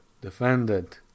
defended